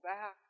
back